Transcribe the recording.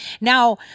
Now